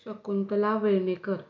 Shakuntala Vernekar